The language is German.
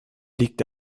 liegt